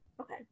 okay